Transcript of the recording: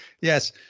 yes